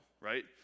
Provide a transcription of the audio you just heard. right